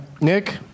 Nick